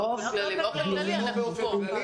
באופן כללי אנחנו פה.